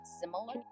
similar